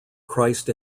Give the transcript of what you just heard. christ